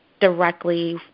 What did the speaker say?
directly